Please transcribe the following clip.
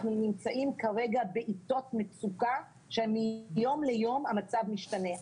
אנחנו נמצאים כרגע בעיתות מצוקה שמיום ליום המצב משתנה.